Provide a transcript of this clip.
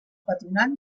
patronat